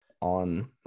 on